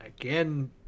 again